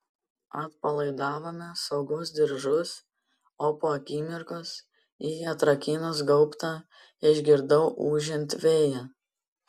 atpalaidavome saugos diržus o po akimirkos jai atrakinus gaubtą išgirdau ūžiant vėją